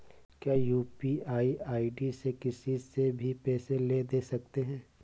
क्या UPI ID से किसी से भी पैसे ले दे सकते हैं?